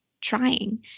trying